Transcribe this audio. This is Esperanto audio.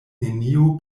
neniu